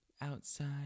outside